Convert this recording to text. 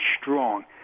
strong